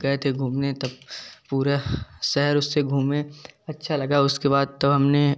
गए थे घूमने तब पूरा शहर उससे घूमें अच्छा लगा उसके बाद तो हमने